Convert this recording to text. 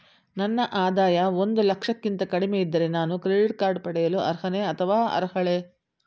ನನ್ನ ಆದಾಯ ಒಂದು ಲಕ್ಷಕ್ಕಿಂತ ಕಡಿಮೆ ಇದ್ದರೆ ನಾನು ಕ್ರೆಡಿಟ್ ಕಾರ್ಡ್ ಪಡೆಯಲು ಅರ್ಹನೇ ಅಥವಾ ಅರ್ಹಳೆ?